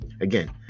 Again